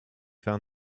found